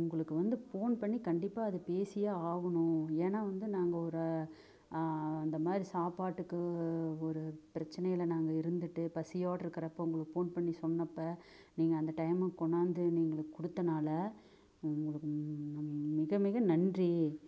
உங்களுக்கு வந்து போன் பண்ணி கண்டிப்பாக அது பேசியே ஆகணும் ஏன்னா வந்து நாங்கள் ஒரு அந்த மாதிரி சாப்பாட்டுக்கு ஒரு பிரச்சனையில நாங்கள் இருந்துட்டு பசியோட்ருக்கிறப்ப உங்களுக்கு போன் பண்ணி சொன்னப்போ நீங்கள் அந்த டைமுக்கு கொண்டாந்து நீங்களும் கொடுத்தனால ரொம் மிக மிக நன்றி